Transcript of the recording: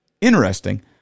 interesting